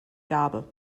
gabe